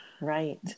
right